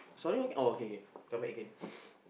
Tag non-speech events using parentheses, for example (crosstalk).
sorry okay oh okay okay come back again (noise)